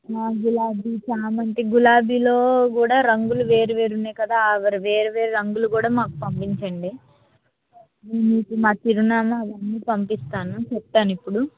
గులాబీ చామంతి గులాబీలో కూడా రంగులు వేరు వేరు ఉన్నాయి కదా వేరు వేరు రంగులు కూడా మాకు పంపించండి మా చిరునామా అవన్నీ పంపిస్తాను చెప్తాను ఇప్పుడు